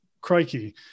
crikey